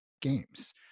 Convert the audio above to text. games